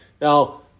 Now